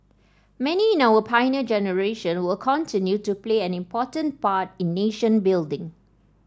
many in our Pioneer Generation will continue to play an important part in nation building